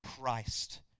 Christ